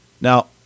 now